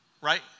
Right